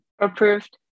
Approved